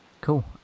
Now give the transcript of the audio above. cool